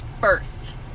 first